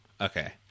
okay